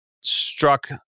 struck